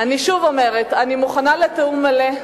אני שוב אומרת, אני מוכנה לתיאום מלא.